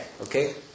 Okay